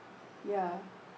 ya